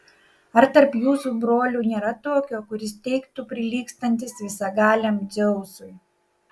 ar tarp jūsų brolių nėra tokio kuris teigtų prilygstantis visagaliam dzeusui